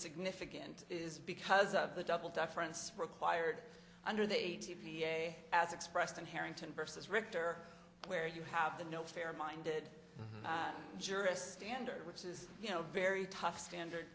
significant is because of the double deference required under the a t p a as expressed in harrington versus richter where you have the no fair minded jurist standard which is you know very tough standard